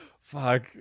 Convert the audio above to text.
Fuck